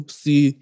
see